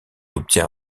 obtient